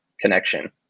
connection